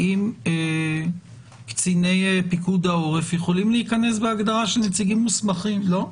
האם קציני פיקוד העורף יכולים להיכנס בהגדרה של נציגים מוסמכים לא?